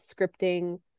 scripting